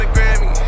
Grammy